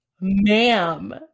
ma'am